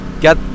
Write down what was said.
Get